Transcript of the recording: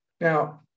Now